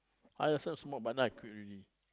I also smoke but now I quit already